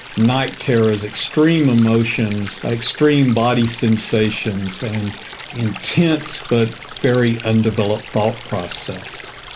night terrors, extreme emotions, extreme body sensations and intense but very undeveloped thought process.